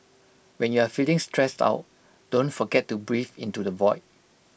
when you are feeling stressed out don't forget to breathe into the void